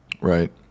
right